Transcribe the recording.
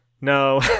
No